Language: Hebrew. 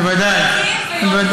בוודאי.